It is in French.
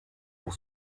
pour